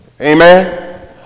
Amen